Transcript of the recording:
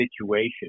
situation